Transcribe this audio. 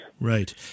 Right